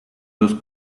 dos